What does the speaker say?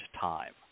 time